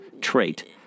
trait